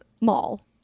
mall